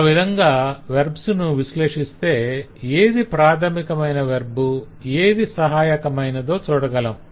ఆ విధంగా వెర్బ్స్ ను విశ్లేషిస్తే ఏది ప్రాధమికమైన వెర్బ్ ఏది సహాయకమైనదో చూడగలం